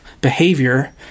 behavior